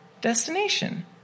destination